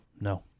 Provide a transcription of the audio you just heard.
no